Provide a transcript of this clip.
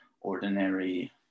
ordinary